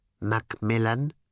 Macmillan